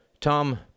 Tom